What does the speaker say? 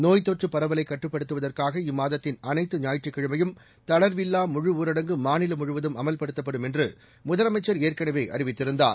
நோப்த் தொற்றுப் பரவலை கட்டுப்படுத்துவதற்காக இம்மாதத்தின் அனைத்து ஞாயிற்றுக்கிழமையும் தளர்வில்லா முழுஊரடங்கு மாநிலம் முழுவதும் அமல்படுத்தப்படும் என்று முதலமைச்சர் ஏற்கனவே அறிவித்திருந்தார்